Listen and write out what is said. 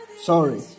sorry